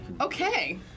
Okay